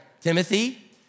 Timothy